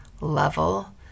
level